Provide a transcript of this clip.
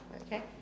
okay